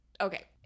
okay